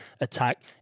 attack